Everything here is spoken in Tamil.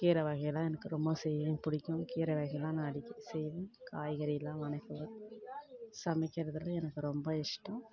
கீரை வகையெல்லாம் எனக்கு ரொம்ப செய்யவும் பிடிக்கும் கீரை வகையெல்லாம் நான் அடிக்கடி செய்வேன் காய்கறிலாம் வதக்குவேன் சமைக்கிறதில் எனக்கு ரொம்ப இஷ்டம்